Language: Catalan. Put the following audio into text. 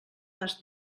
pas